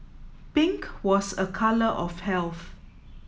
pink was a colour of health